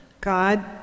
God